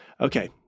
Okay